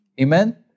amen